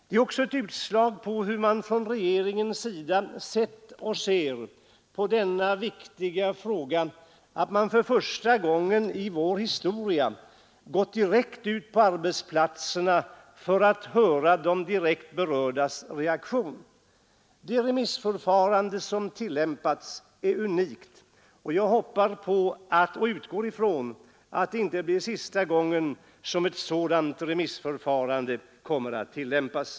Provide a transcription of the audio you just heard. Det är också ett utslag av hur regeringen sett och ser på denna viktiga fråga att man för första gången i vår historia gått direkt ut på arbetsplatserna för att höra de omedelbart berördas reaktion. Det remissförfarande som tillämpats är unikt, och jag hoppas på och utgår ifrån att det inte blir sista gången som ett sådant remissförfarande tillämpas.